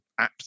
apps